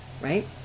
right